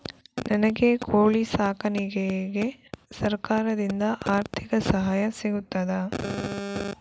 ನನಗೆ ಕೋಳಿ ಸಾಕಾಣಿಕೆಗೆ ಸರಕಾರದಿಂದ ಆರ್ಥಿಕ ಸಹಾಯ ಸಿಗುತ್ತದಾ?